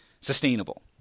sustainable